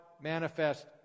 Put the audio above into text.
manifest